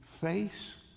face